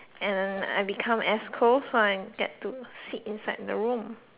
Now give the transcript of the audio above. and I become as close so get to sit inside the room